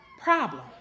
problem